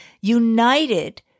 united